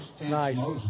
nice